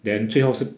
then 最后是